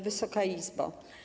Wysoka Izbo!